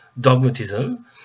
dogmatism